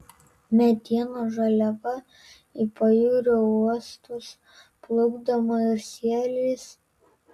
medienos žaliava į pajūrio uostus plukdoma ir sieliais